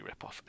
ripoff